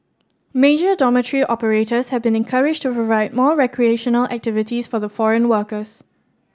major dormitory operators have been encouraged to provide more recreational activities for the foreign workers